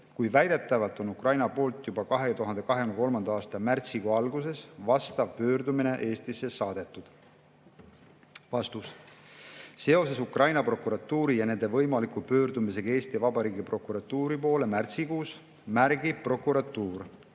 kui väidetavalt on Ukraina poolt juba 2023. aasta märtsikuu alguses vastav pöördumine Eestisse saadetud?" Seoses Ukraina prokuratuuri ja nende võimaliku pöördumisega Eesti Vabariigi prokuratuuri poole märtsikuus märgib prokuratuur: